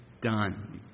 done